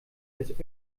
des